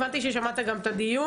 הבנתי ששמעת גם את הדיון,